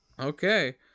Okay